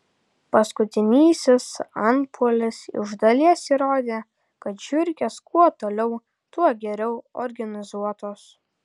paskutinysis antpuolis iš dalies įrodė kad žiurkės kuo toliau tuo geriau organizuotos